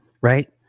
Right